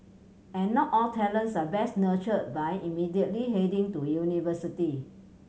and not all talents are best nurtured by immediately heading to university